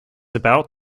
about